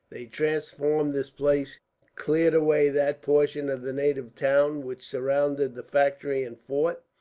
they transformed this place cleared away that portion of the native town which surrounded the factory and fort,